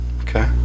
Okay